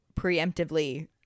preemptively